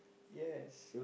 yes